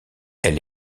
elle